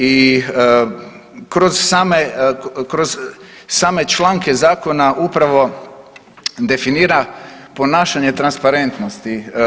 I kroz same članke zakona upravo definira ponašanje transparentnosti.